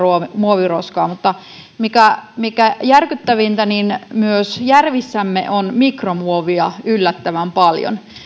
muoviroskaa mutta mikä mikä järkyttävintä myös järvissämme on mikromuovia yllättävän paljon